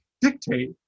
dictate